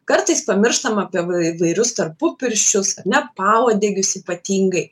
kartais pamirštam apie vai įvairius tarpupirščius ar ne pauodegius ypatingai